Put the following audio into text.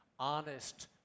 honest